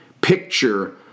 picture